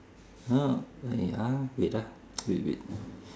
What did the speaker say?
know wait ah wait ah wait wait